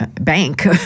bank